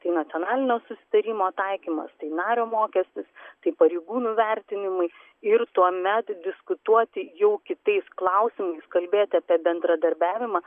tai nacionalinio susitarimo taikymas tai nario mokestis tai pareigūnų vertinimai ir tuomet diskutuoti jau kitais klausimais kalbėti apie bendradarbiavimą